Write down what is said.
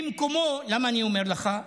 למה אני אומר לך?